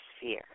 fear